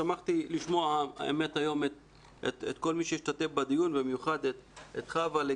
שמחתי לשמוע את כל מי שהשתתף בדיון ובמיוחד את חוה.